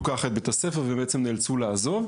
כך את בית הספר והם בעצם נאלצו לעזוב.